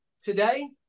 today